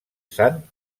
sant